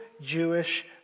Jewish